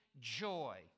joy